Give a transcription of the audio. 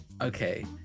Okay